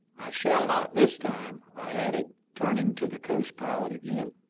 i shall not this time, i added, turning to the coast pilot again.